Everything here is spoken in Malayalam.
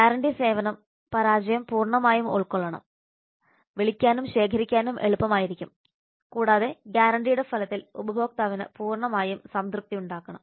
ഗ്യാരണ്ടി സേവന പരാജയം പൂർണ്ണമായും ഉൾക്കൊള്ളണം വിളിക്കാനും ശേഖരിക്കാനും എളുപ്പമായിരിക്കും കൂടാതെ ഗ്യാരണ്ടിയുടെ ഫലത്തിൽ ഉപഭോക്താവിന് പൂർണ്ണമായി സംതൃപ്തിയുണ്ടാകും